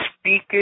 speak